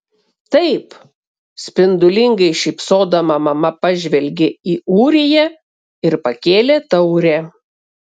taip spindulingai šypsodama mama pažvelgė į ūriją ir pakėlė taurę